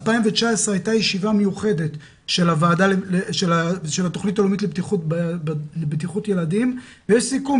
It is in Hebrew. ב-2019 הייתה ישיבה מיוחדת של התוכנית הלאומית לבטיחות ילדים ויש סיכום,